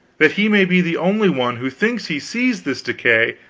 that he may be the only one who thinks he sees this decay,